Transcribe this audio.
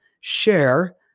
share